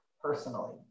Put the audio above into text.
personally